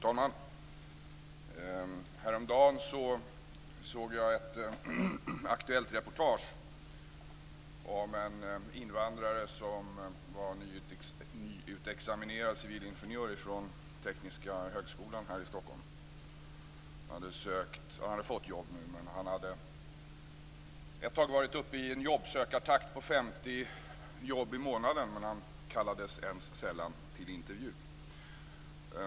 Fru talman! Häromdagen såg jag ett Aktuelltreportage om en invandrare som var nyutexaminerad civilingenjör från Tekniska högskolan här i Stockholm. Han hade fått jobb nu, men han hade ett tag varit uppe i en jobbsökartakt på 50 jobb i månaden. Han kallades dock sällan ens till intervju.